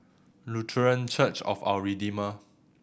Lutheran Church of Our Redeemer